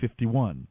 51